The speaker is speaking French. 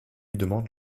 demande